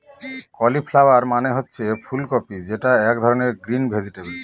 cauliflower মানে হচ্ছে ফুল কপি যেটা এক ধরনের গ্রিন ভেজিটেবল